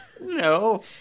No